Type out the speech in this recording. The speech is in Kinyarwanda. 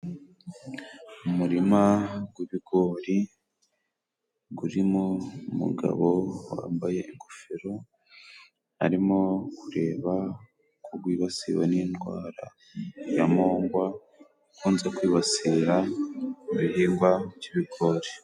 Umurima gw'ibigori gurimo umugabo wambaye ingofero, arimo kureba uko gwibasiwe n'indwara ya mongwa ikunze kwibasira ibihingwa by'ibigori.